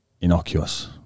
innocuous